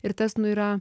ir tas nu yra